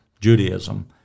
Judaism